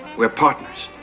we're partners.